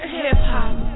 hip-hop